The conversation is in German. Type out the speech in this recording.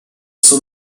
zur